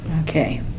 okay